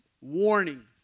Warning